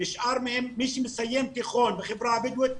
מי שמסיים תיכון בחברה הבדואית,